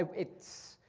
it's,